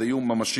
זה איום ממשי.